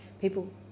people